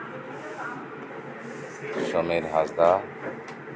Samir Hansda